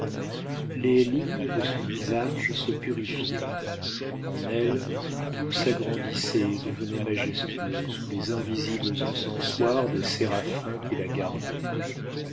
les lignes de son visage se purifiaient en elle tout s'agrandissait et devenait majestueux sous les invisibles encensoirs des séraphins qui la gardaient